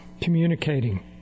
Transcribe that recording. communicating